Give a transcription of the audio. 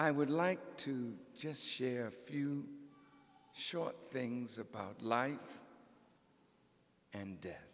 i would like to just share a few short things about life and death